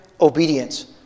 obedience